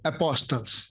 Apostles